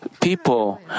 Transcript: People